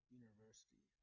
university